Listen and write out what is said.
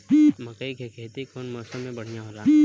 मकई के खेती कउन मौसम में बढ़िया होला?